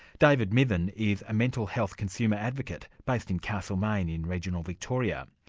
david mithen is a mental health consumer advocate based in castlemaine in regional victoria.